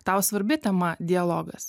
tau svarbi tema dialogas